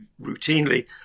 routinely